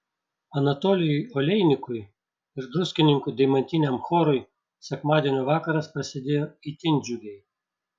anatolijui oleinikui ir druskininkų deimantiniam chorui sekmadienio vakaras prasidėjo itin džiugiai